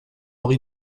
henri